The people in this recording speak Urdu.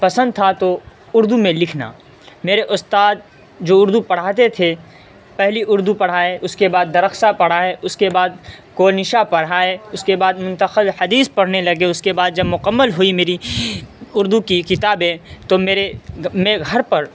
پسند تھا تو اردو میں لکھنا میرے استاد جو اردو پڑھاتے تھے پہلی اردو پڑھائے اس کے بعد درخشاں پڑھائے اس کے بعد کونیشا پڑھائے اس کے بعد منتخب الحدیث پڑھانے لگے اس کے بعد جب مکمل ہوئی میری اردو کی کتابیں تو میرے میں گھر پر